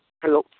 hello